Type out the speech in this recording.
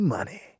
Money